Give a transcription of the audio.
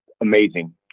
amazing